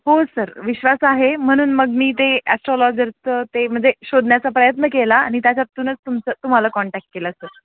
हो सर विश्वास आहे म्हणून मग मी ते ॲस्ट्रॉलॉजरचं ते म्हणजे शोधण्याचा प्रयत्न केला आणि त्याच्यातूनच तुमचं तुम्हाला कॉन्टॅक्ट केला सर